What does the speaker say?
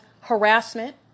harassment